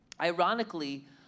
Ironically